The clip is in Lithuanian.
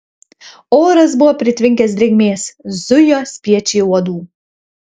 oras buvo pritvinkęs drėgmės zujo spiečiai uodų